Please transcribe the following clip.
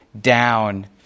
down